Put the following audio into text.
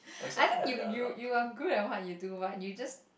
I think you you you are good at what you do but you just